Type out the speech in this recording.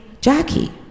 Jackie